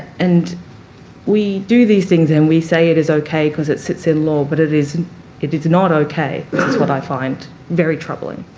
and we do these things and we say it is okay because it sits in law, but it is it is not okay. this is what i find very troubling.